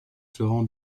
florent